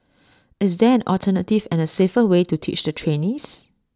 is there an alternative and A safer way to teach the trainees